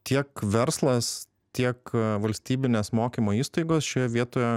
tiek verslas tiek valstybinės mokymo įstaigos šioje vietoje